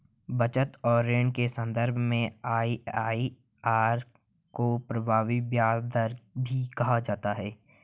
बचत और ऋण के सन्दर्भ में आई.आई.आर को प्रभावी ब्याज दर भी कहा जाता है